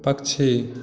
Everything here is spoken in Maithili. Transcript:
पक्षी